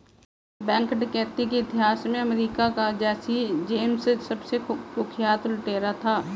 bank डकैती के इतिहास में अमेरिका का जैसी जेम्स सबसे कुख्यात लुटेरा था